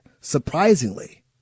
surprisingly